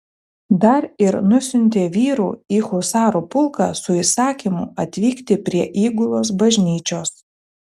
dar ir nusiuntė vyrų į husarų pulką su įsakymu atvykti prie įgulos bažnyčios